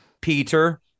Peter